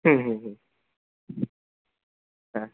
হুম হুম হুম হ্যাঁ